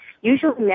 Usually